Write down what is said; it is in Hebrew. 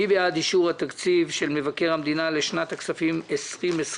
מי בעד אישור התקציב של מבקר המדינה לשנת הכספים 20/20,